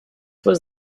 was